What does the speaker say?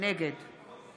נגד